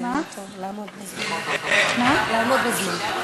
אני רק מבקשת לעמוד בזמנים.